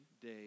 day